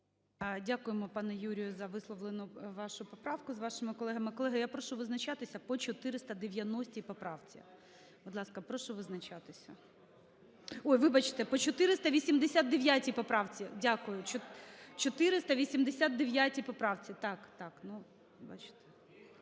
Дякуємо, пане Юрію, за висловлену вашу поправку з вашими колегами. Колеги, я прошу визначатися по 490 поправці.